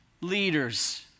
leaders